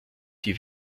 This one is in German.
die